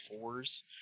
fours